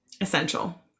Essential